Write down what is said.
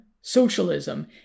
socialism